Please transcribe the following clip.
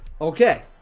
Okay